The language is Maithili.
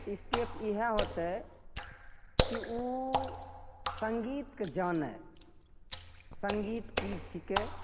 स्टेप इएह होतय कि उ संगीतके जानय संगीत की छिकै